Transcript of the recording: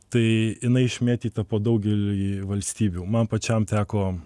tai jinai išmėtyta po daugelį valstybių man pačiam teko